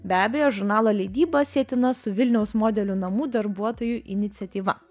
be abejo žurnalo leidyba sietina su vilniaus modelių namų darbuotojų iniciatyva